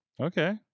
Okay